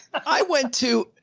i went to,